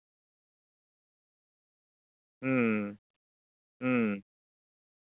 ᱦᱩᱸ ᱦᱩᱸ